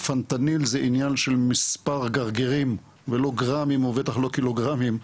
פנטניל זה עניין של מספר גרגרים ולא גרמים ולא בטח קילוגרמים,